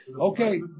Okay